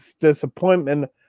disappointment